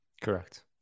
Correct